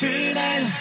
Tonight